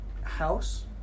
house